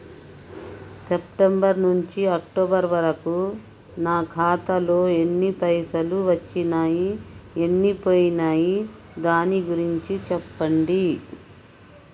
September నుంచి October వరకు నా ఖాతాలో ఎన్ని పైసలు వచ్చినయ్ ఎన్ని పోయినయ్ దాని గురించి చెప్పండి?